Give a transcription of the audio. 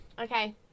Okay